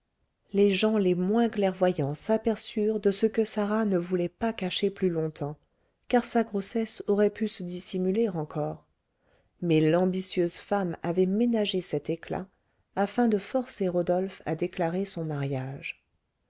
les gens les moins clairvoyants s'aperçurent de ce que sarah ne voulait pas cacher plus longtemps car sa grossesse aurait pu se dissimuler encore mais l'ambitieuse femme avait ménagé cet éclat afin de forcer rodolphe à déclarer son mariage